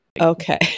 Okay